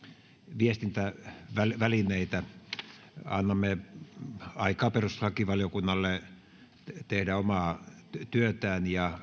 viestintävälineitä annamme aikaa perustuslakivaliokunnalle tehdä omaa työtään ja